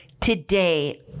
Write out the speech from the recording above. today